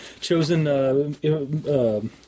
chosen